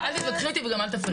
אל תתווכחי איתי וגם אל תפריעי לי.